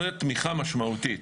זאת תמיכה משמעותית.